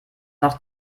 noch